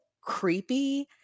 creepy